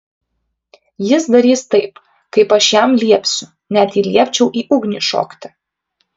jis darys taip kaip aš jam liepsiu net jei liepčiau į ugnį šokti